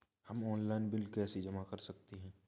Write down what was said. हम online bill कैसे जमा कर सकते हैं?